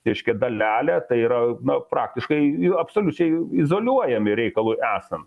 reiškia dalelė tai yra na praktiškai jų absoliučiai izoliuojami reikalui esant